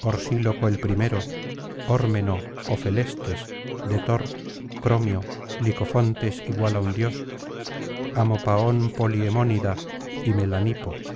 orsíloco el primero ormeno ofelestes detor cromio licofontes igual á un dios amopaón poliemónida y melañipo a